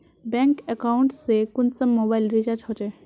Bank account से कुंसम mobile recharge होचे?